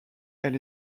elle